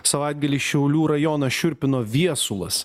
savaitgalį šiaulių rajoną šiurpino viesulas